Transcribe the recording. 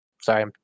Sorry